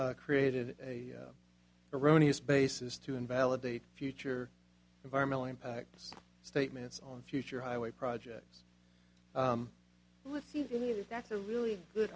created a erroneous basis to invalidate future environmental impact statements on future highway projects let's see if that's a really good